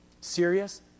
Serious